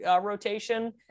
rotation